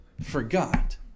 forgot